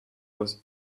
was